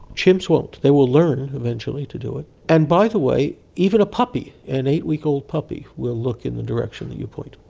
chimps won't. they will learn eventually to do it. and, by the way, even a puppy, an eight-week-old puppy will look in the direction that you point.